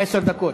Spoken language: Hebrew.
עשר דקות.